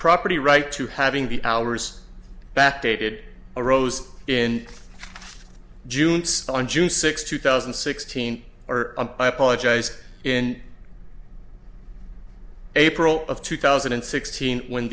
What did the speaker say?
property right to having the hours backdated arose in june on june sixth two thousand and sixteen or i apologize in april of two thousand and sixteen when